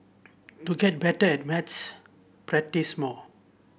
to get better at maths practise more